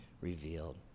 revealed